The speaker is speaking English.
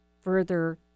further